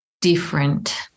different